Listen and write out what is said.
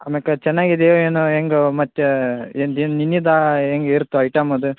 ಆಮೇಕೆ ಚೆನ್ನಾಗಿದೆಯೊ ಏನೊ ಹೆಂಗೊ ಮತ್ತೇ ಏನಿದೇನು ನಿನ್ನೆದಾ ಹೇಗೆ ಇರುತ್ತ ಐಟಮ್ ಅದು